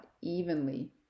evenly